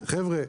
חבר'ה,